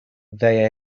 they